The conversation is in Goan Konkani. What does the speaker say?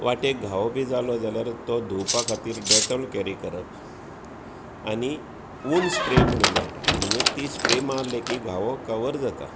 वाटेक घावो बी जालो जाल्यार तो धुंवपा खातीर डॅटोल कॅरी करप आनी उंच स्प्रेय म्हणून मेळटा म्हणजे ती स्प्रेय मारली की घावो कवर जाता